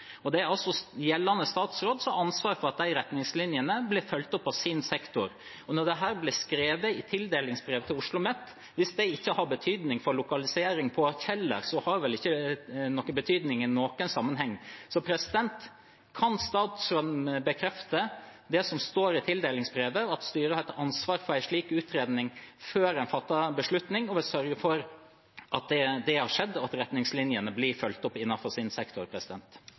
Det er altså gjeldende statsråd som har ansvar for at de retningslinjene blir fulgt opp av sin sektor. Dette ble skrevet i tildelingsbrevet til OsloMet. Hvis det ikke har betydning for lokaliseringen på Kjeller, har det vel ikke betydning i noen sammenheng. Kan statsråden bekrefte det som står i tildelingsbrevet, at styret har et ansvar for en slik utredning før en fatter beslutning, og vil sørge for at det har skjedd, og at retningslinjene blir fulgt opp innenfor sin sektor?